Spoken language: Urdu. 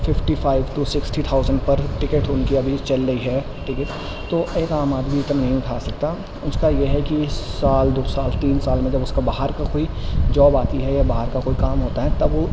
fifty five to sixty thousand پر ٹکٹ ان کی ابھی چل رہی ہے ٹکٹ تو ایک عام آدمی اتنا نہیں اٹھا سکتا اس کا یہ ہے کہ سال دو سال تین سال میں جب اس کا باہر کا کوئی جاب آتی ہے یا باہر کا کوئی کام ہوتا ہے تب وہ